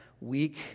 weak